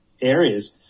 areas